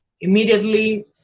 Immediately